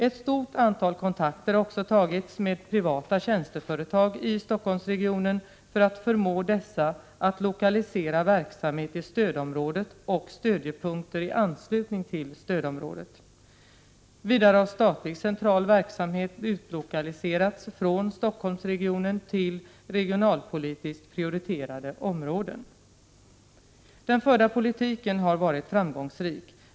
Ett stort antal kontakter har också tagits med privata tjänsteföretag i Stockholmsregionen för att förmå dessa att lokalisera verksamhet i stödområdet och stödjepunkter i anslutning till stödområdet. Vidare har statlig Den förda politiken har varit framgångsrik.